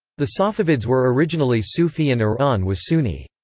the safavids were originally sufi and iran was sunni.